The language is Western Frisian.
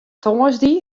tongersdei